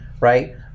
right